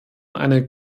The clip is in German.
eine